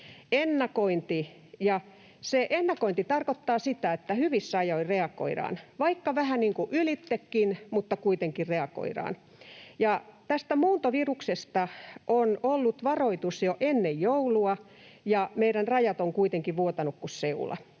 ennakointi tarkoittaa sitä, että hyvissä ajoin reagoidaan — vaikka vähän ylitsekin, mutta kuitenkin reagoidaan. Tästä muuntoviruksesta on ollut varoitus jo ennen joulua, ja meidän rajat ovat kuitenkin vuotaneet kuin seula.